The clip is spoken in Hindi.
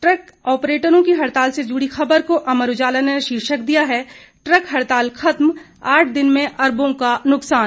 द्रक आप्रेटरों की हड़ताल से जुड़ी खबर को अमर उजाला ने शीर्षक दिया है ट्रक हड़ताल खत्म आठ दिन में अरबों का नुकसान